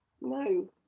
No